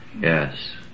Yes